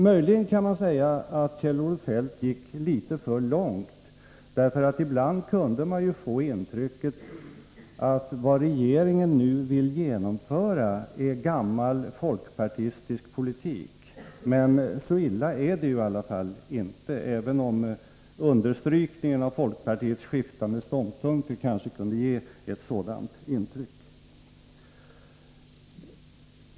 Möjligen kan man säga att Kjell-Olof Feldt gick litet för långt. Ibland kunde man ju få intrycket att vad regeringen nu vill genomföra är gammal folkpartistisk politik. Så illa är det i alla fall inte, även om understrykningen av folkpartiets skiftande ståndpunkter kunde ge ett sådant intryck.